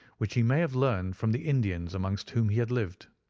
which he may have learned from the indians amongst whom he had lived.